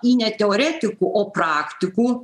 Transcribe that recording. į ne teoretikų o praktikų